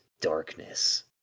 darkness